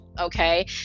okay